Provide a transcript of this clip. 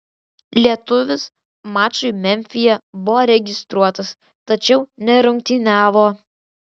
lietuvis mačui memfyje buvo registruotas tačiau nerungtyniavo